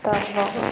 आ तब